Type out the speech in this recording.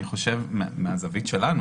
אני חושב מהזווית שלנו,